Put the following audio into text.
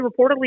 reportedly